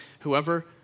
whoever